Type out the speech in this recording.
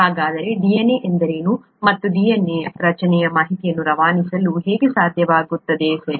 ಹಾಗಾದರೆ DNA ಎಂದರೇನು ಮತ್ತು DNA ರಚನೆಯು ಮಾಹಿತಿಯನ್ನು ರವಾನಿಸಲು ಹೇಗೆ ಸಾಧ್ಯವಾಗಿಸುತ್ತದೆ ಸರಿ